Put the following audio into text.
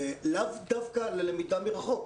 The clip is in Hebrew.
לאו דווקא ללמידה מרחוק.